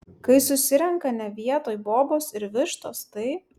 kai susirenka ne vietoj bobos ir vištos tai